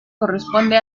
corresponde